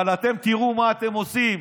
אבל אתם, תראו מה אתם עושים.